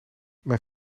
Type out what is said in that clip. mijn